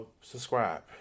subscribe